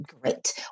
Great